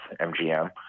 MGM